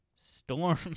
Storm